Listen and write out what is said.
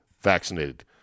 vaccinated